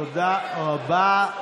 תודה רבה.